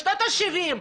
בשנות ה-70,